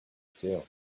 too